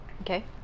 Okay